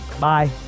Bye